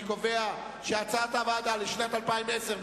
אני קובע שהצעת הוועדה לשנת 2010,